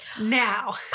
Now